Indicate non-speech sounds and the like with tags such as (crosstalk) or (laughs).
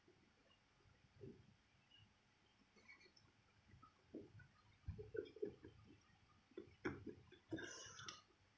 (laughs)